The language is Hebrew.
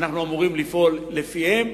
אנחנו אמורים לפעול לפיהם,